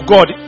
God